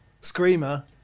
screamer